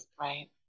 Right